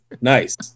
Nice